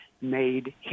made